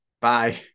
Bye